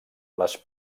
les